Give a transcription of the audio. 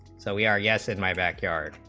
so we are yes in my backyard